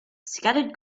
scattered